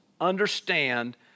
Understand